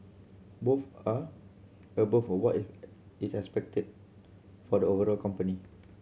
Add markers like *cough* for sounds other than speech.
both are above what *unintelligible* is expected for the overall company